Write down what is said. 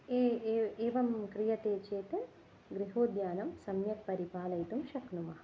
ए ए एवं क्रियते चेत् गृहोद्यानं सम्यक् परिपालयितुं शक्नुमः